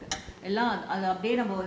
mm char~ character